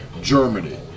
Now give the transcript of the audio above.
Germany